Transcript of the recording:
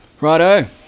Righto